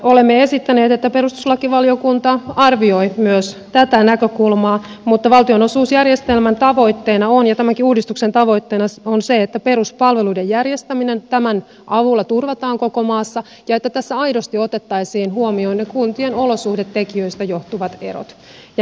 olemme esittäneet että perustuslakivaliokunta arvioi myös tätä näkökulmaa mutta valtionosuusjärjestelmän ja tämänkin uudistuksen tavoitteena on se että peruspalveluiden järjestäminen tämän avulla turvataan koko maassa ja että tässä aidosti otettaisiin huomioon ne kuntien olosuhdetekijöistä johtuvat erot